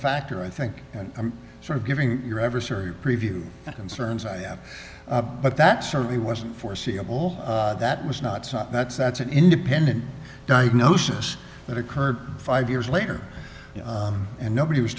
factor i think and i'm sort of giving your adversary preview concerns i have but that certainly wasn't foreseeable that was not something that's that's an independent diagnosis that occurred five years later and nobody was